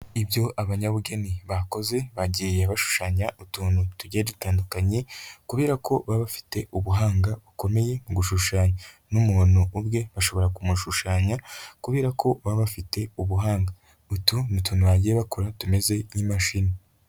Ibyo abanyabugeni bakoze, bagiye bashushanya utuntu tugiye dutandukanye kubera ko baba bafite ubuhanga bukomeye mu gushushanya n'umuntu ubwe bashobora kumushushanya kubera ko baba bafite ubuhanga, utu ni utuntu bagiye bakora, tumeze nk'imashini.